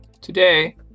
today